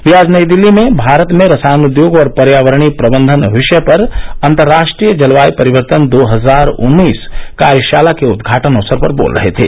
वे आज नई दिल्ली में भारत में रसायन उद्योग और पर्यावरणीय प्रबंधन विषय पर अंतर्राष्ट्रीय जलवाय परिवर्तन दो हजार उन्नीस कार्यशाला के उद्घाटन अवसर पर बोल रहे थे